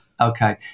Okay